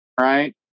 Right